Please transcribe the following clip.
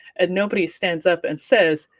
and nobody stands up and says,